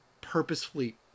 purposefully